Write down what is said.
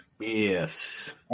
Yes